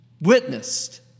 witnessed